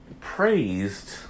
praised